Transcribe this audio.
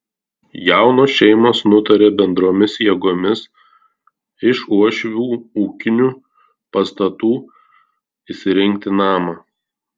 jaunos šeimos nutarė bendromis jėgomis iš uošvių ūkinių pastatų įsirengti namą